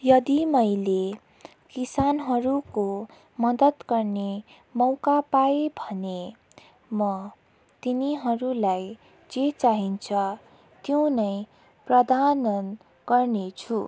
यदि मैले किसानहरूको मद्दत गर्ने मौका पाएँ भने म तिनीहरूलाई जे चाहिन्छ त्यो नै प्रदान गर्नेछु